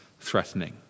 threatening